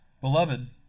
Beloved